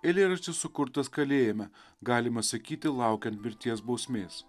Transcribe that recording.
eilėraštis sukurtas kalėjime galima sakyti laukiant mirties bausmės